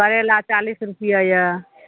करैला चालिस रुपैए यऽ